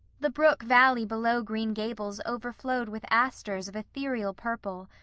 the brook valley below green gables overflowed with asters of ethereal purple,